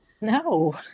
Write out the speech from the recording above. No